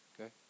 Okay